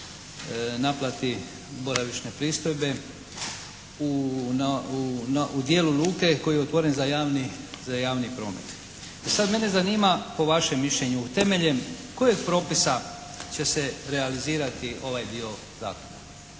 naplati boravišne pristojbe u dijelu luke koji je otvoren za javni promet. I sad mene zanima po vašem mišljenju temeljem kojeg propisa će se realizirati ovaj dio zakona.